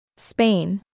Spain